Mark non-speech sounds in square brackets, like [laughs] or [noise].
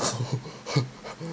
[laughs]